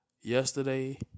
yesterday